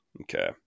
Okay